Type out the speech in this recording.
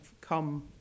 come